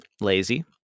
lazy